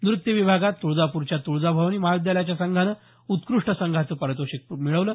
नृत्य विभागात तुळजापूरच्या तुळजाभवानी महाविद्यालयाच्या संघानं उत्कृष्ट संघाचं पारितोषिक मिळवलं